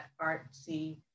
artsy